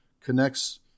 connects